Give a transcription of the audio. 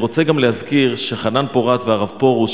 אני רוצה גם להזכיר שחנן פורת והרב פרוש